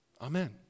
Amen